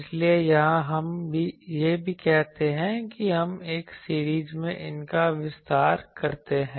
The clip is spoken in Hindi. इसलिए यहां हम यह भी कहते हैं कि हम एक सीरीज में इनका विस्तार करते हैं